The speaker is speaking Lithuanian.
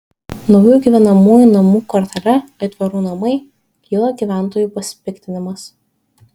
naujų gyvenamųjų namų kvartale aitvarų namai kyla gyventojų pasipiktinimas